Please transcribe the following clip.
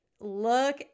look